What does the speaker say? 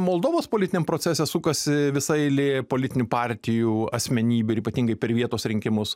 moldovos politiniam procese sukasi visa eilė politinių partijų asmenybių ir ypatingai per vietos rinkimus